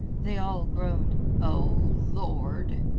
they all groaned o lord!